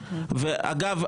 אגב,